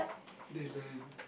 they learn